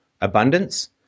abundance